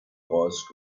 costs